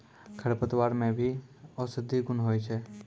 खरपतवार मे भी औषद्धि गुण होय छै